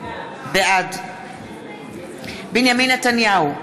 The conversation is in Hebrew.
בעד בנימין נתניהו,